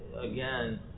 again